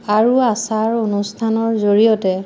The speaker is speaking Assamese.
আৰু আচাৰ অনুষ্ঠানৰ জৰিয়তে